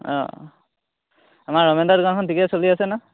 অ আমাৰ ৰমেন্দ্ৰৰ দোকানখন ঠিকে চলি আছে ন